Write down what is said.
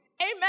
Amen